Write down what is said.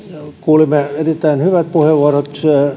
kuulimme erittäin hyvät puheenvuorot